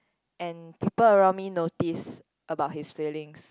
and people around me noticed about his feelings